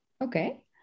Okay